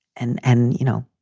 and and, you know,